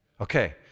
Okay